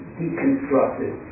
deconstructed